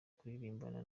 kuririmbana